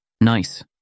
Nice